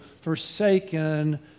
forsaken